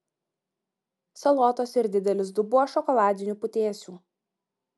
salotos ir didelis dubuo šokoladinių putėsių